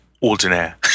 Ordinaire